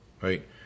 right